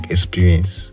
Experience